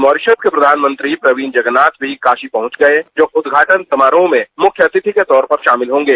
Mauritius के प्रचानमंत्री Pravind Jugnauth भी काशी पहुंच गए जो उद्घाटन समारोह में मुख्य अतिथि के तौर पर शामिल होंगे